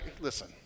listen